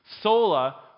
sola